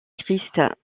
christ